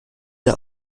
der